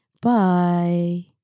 Bye